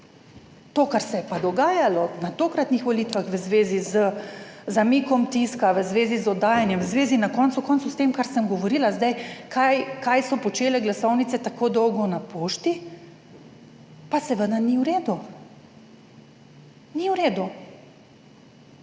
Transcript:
To, kar se je pa dogajalo na tokratnih volitvah v zvezi z zamikom tiska, v zvezi z oddajanjem, v zvezi na koncu koncev s tem, kar sem govorila sedaj, kaj so počele glasovnice tako dolgo na pošti. 36. TRAK: (AJ) 11.55